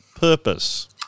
purpose